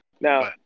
Now